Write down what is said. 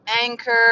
anchor